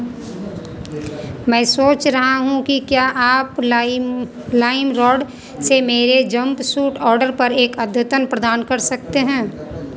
मैं सोच रहा हूँ कि क्या आप लाइम लाइमरॉड से मेरे जंपसूट ऑर्डर पर एक अद्यतन प्रदान कर सकते हैं